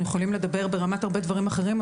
יכולים לדבר ברמת הרבה דברים אחרים,